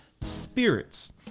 spirits